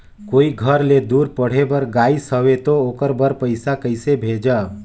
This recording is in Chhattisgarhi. कोई घर ले दूर पढ़े बर गाईस हवे तो ओकर बर पइसा कइसे भेजब?